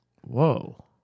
Whoa